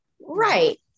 Right